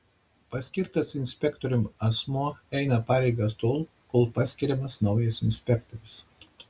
paskirtas inspektoriumi asmuo eina pareigas tol kol paskiriamas naujas inspektorius